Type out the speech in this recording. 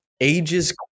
ages